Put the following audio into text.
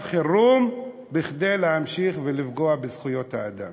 חירום כדי להמשיך ולפגוע בזכויות האדם.